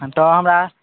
तऽ हमरा